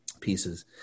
pieces